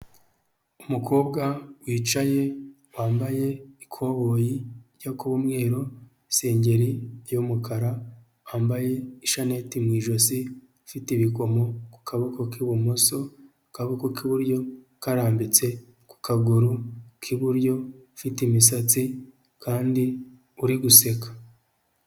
Umukobwa wicaye, wambaye ikoboyi ijya kuba umweru n'isengeri y'umukara, wambaye ishanete mu ijosi, ufite ibikomo ku kaboko k'ibumoso, akaboko k'iburyo karambitse ku kaguru k'iburyo, ufite imisatsi kandi uri guseka.